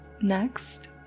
Next